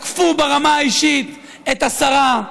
תקפו ברמה האישית את השרה,